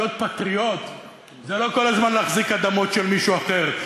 להיות פטריוט זה לא כל הזמן להחזיק אדמות של מישהו אחר,